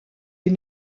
est